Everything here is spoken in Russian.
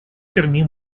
перми